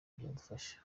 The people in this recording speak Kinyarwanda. byadufasha